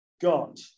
God